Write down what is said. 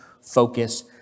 focus